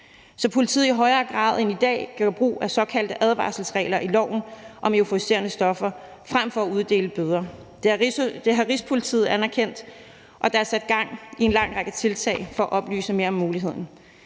så politiet i højere grad end i dag kan gøre brug af såkaldte advarselsregler i loven om euforiserende stoffer frem for at uddele bøder. Det har Rigspolitiet anerkendt, og der er sat gang i en lang række tiltag for at oplyse mere om muligheden.